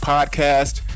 Podcast